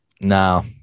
No